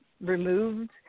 removed